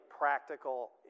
practical